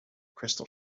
crystal